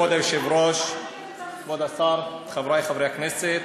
כבוד היושב-ראש, כבוד השר, חברי חברי הכנסת,